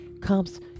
comes